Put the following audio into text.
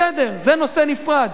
בסדר, זה נושא נפרד.